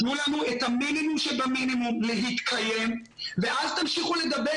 תנו לנו את המינימום שבמינימום להתקיים ואז תמשיכו לדבר